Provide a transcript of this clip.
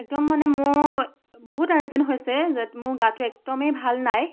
একদম মানে মোৰ বহুত আৰ্জেণ্ট হৈছে য'ত মোৰ গাটো একদমেই ভাল নাই